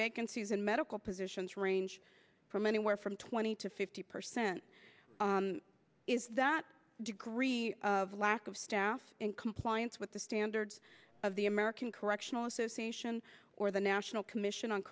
vacancies in medical positions range from anywhere from twenty to fifty percent is that degree of lack of staff in compliance with the standards of the american correctional association or the national commission on